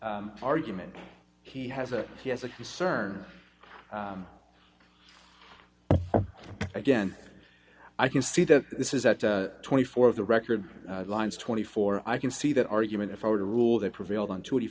argument he has a he has a concern again i can see that this is that twenty four of the record lines twenty four i can see that argument if i were to rule that prevailed on twenty